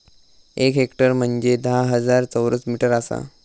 एक हेक्टर म्हंजे धा हजार चौरस मीटर आसा